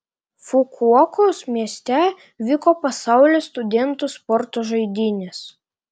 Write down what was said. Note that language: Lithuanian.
fukuokos mieste vyko pasaulio studentų sporto žaidynės